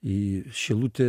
į šilutė